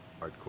hardcore